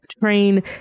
train